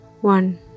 one